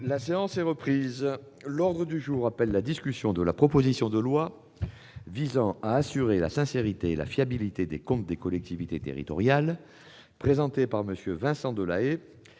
la demande du groupe de l'UDI-UC, la discussion de la proposition de loi visant à assurer la sincérité et la fiabilité des comptes des collectivités territoriales, présentée par M. Vincent Delahaye